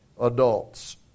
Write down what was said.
adults